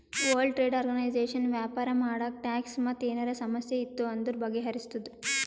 world trade organization ವ್ಯಾಪಾರ ಮಾಡಾಗ tax ಮತ್ ಏನರೇ ಸಮಸ್ಯೆ ಇತ್ತು ಅಂದುರ್ ಬಗೆಹರುಸ್ತುದ್